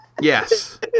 Yes